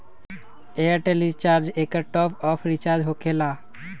Airtel recharge एकर top off recharge होकेला?